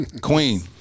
Queen